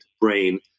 brain